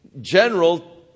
general